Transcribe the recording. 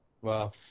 Wow